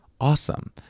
awesome